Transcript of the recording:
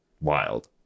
wild